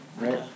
right